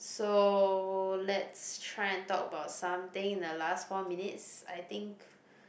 so let's try and talk about something in the last four minutes I think